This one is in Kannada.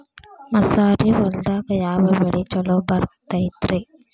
ಮಸಾರಿ ಹೊಲದಾಗ ಯಾವ ಬೆಳಿ ಛಲೋ ಬರತೈತ್ರೇ?